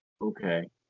okay